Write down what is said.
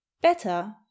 better